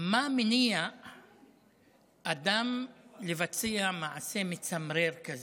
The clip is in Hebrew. מה מניע אדם לבצע מעשה מצמרר כזה?